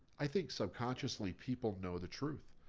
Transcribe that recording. i think subconsciously people know the truth.